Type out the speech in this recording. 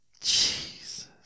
Jesus